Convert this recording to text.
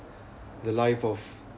the life of